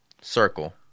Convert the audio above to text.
circle